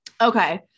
Okay